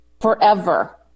forever